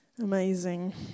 Amazing